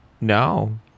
no